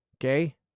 okay